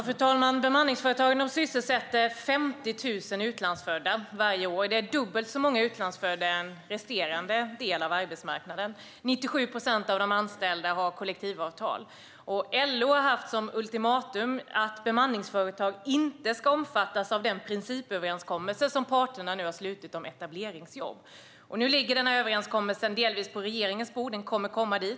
Fru talman! Bemanningsföretagen sysselsätter 50 000 utlandsfödda varje år. Andelen utlandsfödda är dubbelt så stor som på den resterande delen av arbetsmarknaden. 97 procent av de anställda har kollektivavtal. LO har haft som ultimatum att bemanningsföretag inte ska omfattas av den principöverenskommelse som parterna nu har slutit om etableringsjobb. Nu ligger den överenskommelsen snart på regeringens bord.